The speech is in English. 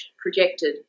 projected